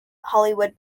hollywood